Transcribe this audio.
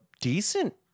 decent